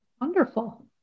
Wonderful